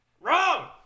wrong